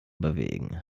bewegen